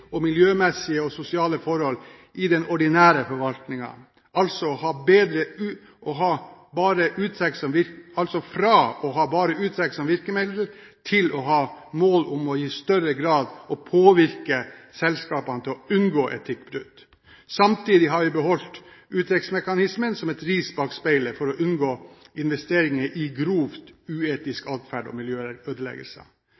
og miljømessige og sosiale forhold i den ordinære forvaltningen – altså fra å ha bare uttrekk som virkemiddel, til å ha mål om i større grad å påvirke selskapene til å unngå etikkbrudd. Samtidig har vi beholdt uttrekksmekanismen som et ris bak speilet for å unngå investeringer i